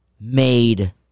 made